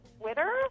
Twitter